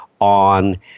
on